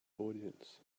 audience